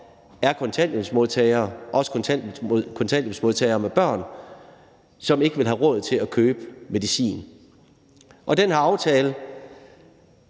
er kontanthjælpsmodtagere – også kontanthjælpsmodtagere med børn – som ikke vil have råd til at købe medicin. Den her aftale